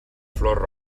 flor